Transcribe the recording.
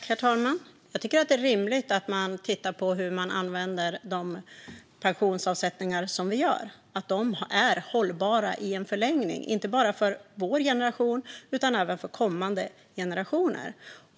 Herr ålderspresident! Jag tycker att det är rimligt att man tittar på hur man använder de pensionsavsättningar som görs och att de är hållbara i en förlängning, inte bara för vår generation utan även för kommande generationer.